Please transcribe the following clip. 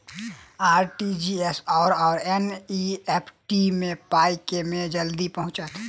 RTGS आओर NEFT मे पाई केँ मे जल्दी पहुँचत?